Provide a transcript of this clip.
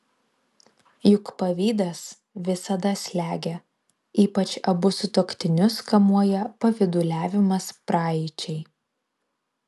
juk pavydas visada slegia ypač abu sutuoktinius kamuoja pavyduliavimas praeičiai